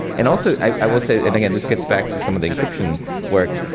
and also, i will say, and again this gets back to some of the encryption work.